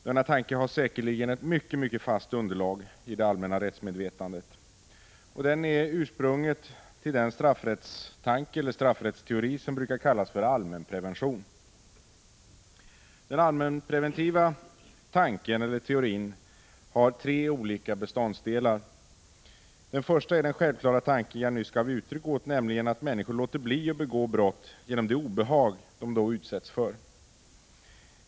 Denna tanke har säkerligen ett mycket fast underlag i det allmänna rättsmedvetandet, och den är ursprunget till den straffrättsteori som brukar kallas för allmänprevention. Den allmänpreventiva teorin har tre olika beståndsdelar. Den första ärden Prot. 1985/86:154 självklara tanke som jag nyss gav uttryck åt, nämligen att människor låter bli 28 maj 1986 att begå brott på grund av det obehag som de då kan utsättas för.